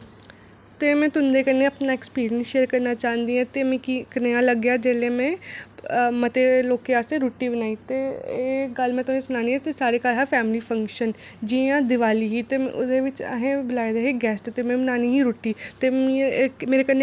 मेरा नांऽ विमला देवी ऐ में रियासी डिस्ट्रिक्ट दी रौह्ने आह्ली आं ते रिआ देआली दा ध्यार आवा दा हून त्यारियां करनियां खाने पीने दियां केह् किश मंगाना केह् किश खाना ते